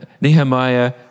Nehemiah